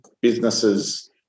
businesses